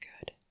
good